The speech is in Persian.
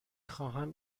خواهم